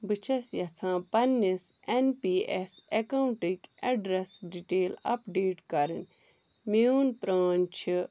بہٕ چھیٚس یژھان پننِس ایٚن پی ایٚس ایٚکاونٛٹٕکۍ ایٚڈرَس ڈٹیل اپڈیٹ کرٕنۍ میٛون پرٛان چھُ